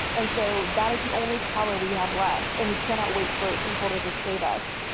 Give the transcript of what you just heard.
and so that is the only power we have left. and we cannot wait for people to just save us.